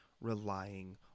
relying